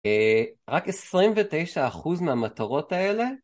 רק 29 אחוז מהמטרות האלה